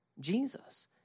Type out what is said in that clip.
jesus